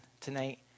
tonight